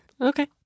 okay